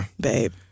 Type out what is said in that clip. babe